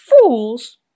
fools